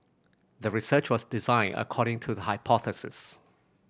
the research was designed according to the hypothesis